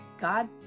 God